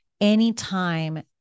anytime